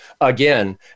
again